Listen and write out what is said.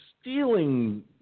stealing